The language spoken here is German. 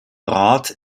rat